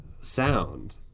sound